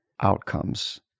outcomes